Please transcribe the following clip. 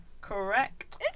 Correct